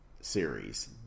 series